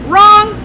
Wrong